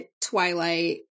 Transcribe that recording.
Twilight